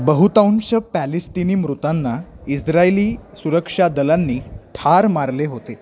बहुतांश पॅलिस्टिनी मृतांना इजरायली सुरक्षादलांनी ठार मारले होते